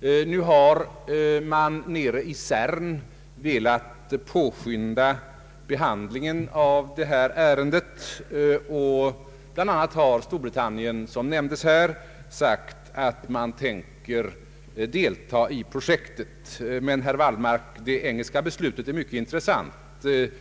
I CERN har man velat påskynda behandlingen av detta ärende, och bl.a. har Storbritannien meddelat sin avsikt att delta i projektet. Men, herr Wallmark, det engelska beslutet är mycket intressant